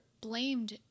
blamed